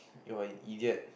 your an idiot